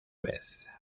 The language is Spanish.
vez